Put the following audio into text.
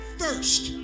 first